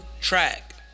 track